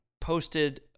posted